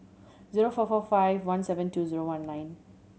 zero four four five one seven two zero one nine